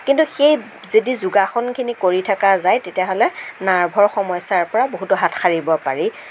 কিন্তু সেই যদি যোগাসনখিনি কৰি থকা যায় তেতিয়াহ'লে নাৰ্ভৰ সমস্য়াৰ পৰা বহুতো হাত সাৰিব পাৰি